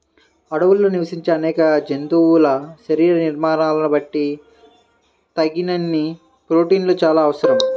అడవుల్లో నివసించే అనేక జంతువుల శరీర నిర్మాణాలను బట్టి తగినన్ని ప్రోటీన్లు చాలా అవసరం